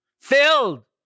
filled